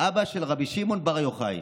אבא של רבי שמעון בר יוחאי,